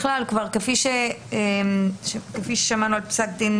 כפי ששמענו את פסק דין